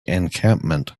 encampment